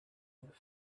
neuf